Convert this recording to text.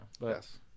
Yes